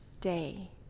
day